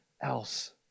else